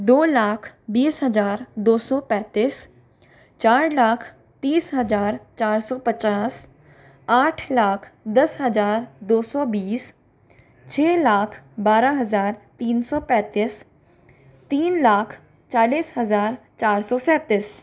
दो लाख बीस हज़ार दो सौ पैंतीस चार लाख तीस हज़ार चार सौ पचास आठ लाख दस हज़ार दो सौ बीस छ लाख बारह हज़ार तीन सौ पैंतीस तीन लाख चालीस हज़ार चार सौ सैंतीस